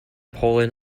poland